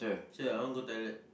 cher I want go toilet